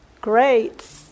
Great